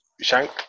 shank